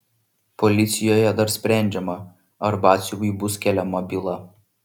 policijoje dar sprendžiama ar batsiuviui bus keliama byla